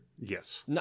Yes